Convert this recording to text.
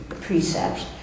precepts